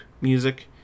music